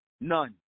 None